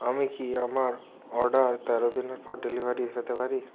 আমি কি আমার অর্ডার তেরো দিনের পর ডেলিভারি পেতে পারি